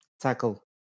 tackle